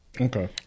Okay